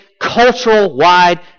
cultural-wide